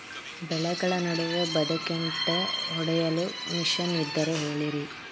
ಬೆಳೆಗಳ ನಡುವೆ ಬದೆಕುಂಟೆ ಹೊಡೆಯಲು ಮಿಷನ್ ಇದ್ದರೆ ಹೇಳಿರಿ